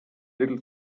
little